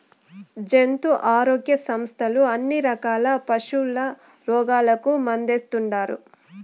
జంతు ఆరోగ్య సంస్థలు అన్ని రకాల పశుల రోగాలకు మందేస్తుండారు